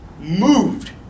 moved